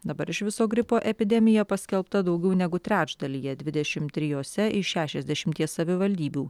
dabar iš viso gripo epidemija paskelbta daugiau negu trečdalyje dvidešimt trijose iš šešiasdešimties savivaldybių